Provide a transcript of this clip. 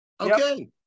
okay